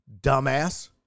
Dumbass